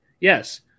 yes